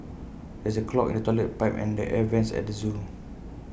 there is A clog in the Toilet Pipe and the air Vents at the Zoo